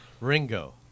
Ringo